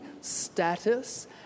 status